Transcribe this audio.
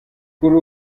kuri